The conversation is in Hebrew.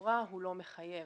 לכאורה הוא לא מחייב.